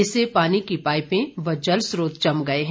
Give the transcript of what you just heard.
इससे पानी की पाइपें व जलस्रोत जम गए हैं